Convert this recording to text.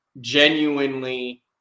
genuinely